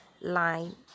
line